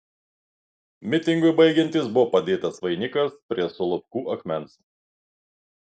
mitingui baigiantis buvo padėtas vainikas prie solovkų akmens